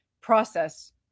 process